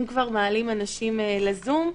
אם כבר מעלים אנשים לזום,